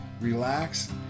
relax